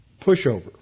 pushover